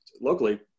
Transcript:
locally